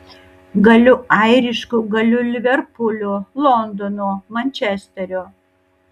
galiu airišku galiu liverpulio londono mančesterio